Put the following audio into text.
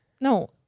No